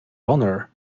honor